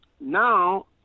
now